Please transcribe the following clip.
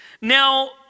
Now